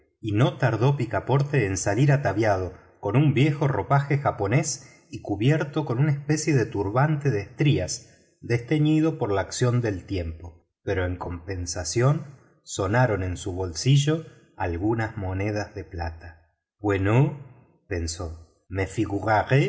y no tardó picaporte en salir ataviado con un viejo ropaje japonés y cubierto con una especie de turbante de estrías desteñido por la acción del tiempo pero en compensación sonaron en su bolsillo algunas monedas de plata bueno pensó me